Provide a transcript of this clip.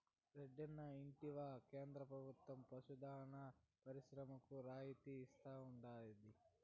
రెడ్డన్నా ఇంటివా కేంద్ర ప్రభుత్వం పశు దాణా పరిశ్రమలకు రాయితీలు ఇస్తా ఉండాది